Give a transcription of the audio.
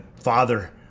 father